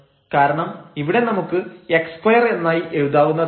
കാരണം ഇവിടെ നമുക്ക് x2 എന്നായി എഴുതാവുന്നതാണ്